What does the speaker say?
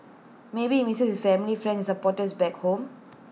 maybe he misses his family friends supporters back home